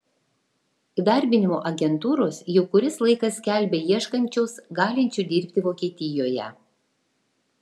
įdarbinimo agentūros jau kuris laikas skelbia ieškančios galinčių dirbti vokietijoje